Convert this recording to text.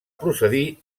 procedir